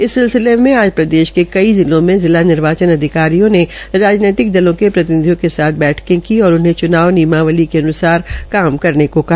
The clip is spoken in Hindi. इस सिलसिले मे आज प्रदेश के कई जिलों मे जिला निर्वाचन अधिकारियों ने राजनेतिक दलों के प्रतिनिधियों के साथ बैठके की और उन्हें च्नाव नियमावली के अन्सार काम करेन को कहा